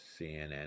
CNN